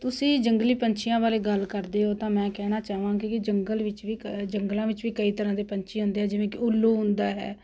ਤੁਸੀਂ ਜੰਗਲੀ ਪੰਛੀਆਂ ਬਾਰੇ ਗੱਲ ਕਰਦੇ ਹੋ ਤਾਂ ਮੈਂ ਕਹਿਣਾ ਚਾਹਵਾਂਗੀ ਜੰਗਲ ਵਿੱਚ ਵੀ ਜੰਗਲਾਂ ਵਿੱਚ ਵੀ ਕਈ ਤਰ੍ਹਾਂ ਦੇ ਪੰਛੀ ਹੁੰਦੇ ਆ ਜਿਵੇਂ ਕਿ ਉੱਲੂ ਹੁੰਦਾ ਹੈ